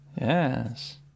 Yes